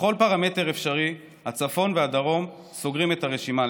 בכל פרמטר אפשרי הצפון והדרום סוגרים את הרשימה,